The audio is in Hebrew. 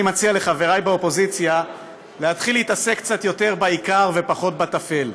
אני מציע לחברי באופוזיציה להתחיל להתעסק קצת יותר בעיקר ופחות בטפל.